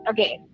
Okay